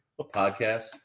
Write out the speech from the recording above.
podcast